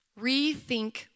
Rethink